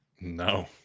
No